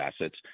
assets